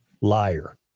liar